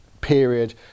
period